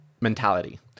mentality